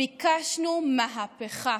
ביקשנו מהפכה.